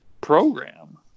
program